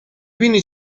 بینی